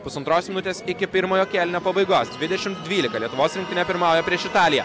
pusantros minutės iki pirmojo kėlinio pabaigos dvidešimt dvylika lietuvos rinktinė pirmauja prieš italiją